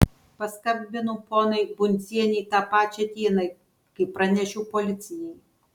paskambinau poniai bundzienei tą pačią dieną kai pranešiau policijai